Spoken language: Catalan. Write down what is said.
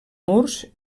murs